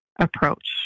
approach